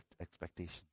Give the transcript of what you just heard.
expectation